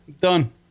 done